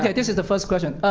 yeah this is the first question.